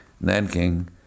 Nanking